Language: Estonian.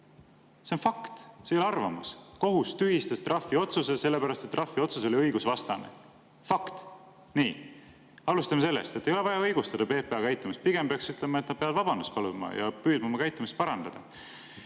See on fakt, see ei ole arvamus. Kohus tühistas trahviotsuse sellepärast, et trahviotsus oli õigusvastane. Fakt! Nii. Alustame sellest, et ei ole vaja õigustada PPA käitumist, pigem peaks ütlema, et nad peavad vabandust paluma ja püüdma oma käitumist parandada.